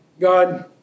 God